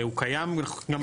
הוא קיים גם בחוקים.